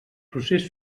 procés